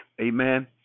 Amen